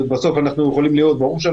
אני לא יכול להגיד בדיוק בשלב הזה,